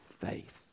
faith